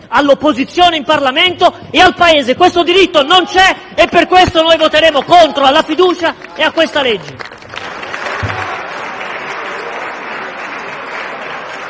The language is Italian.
all'opposizione in Parlamento e al Paese. Questo diritto non c'è e per tale ragione voteremo contro alla fiducia e a questo